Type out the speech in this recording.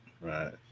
Right